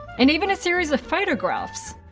and even a series of photographs.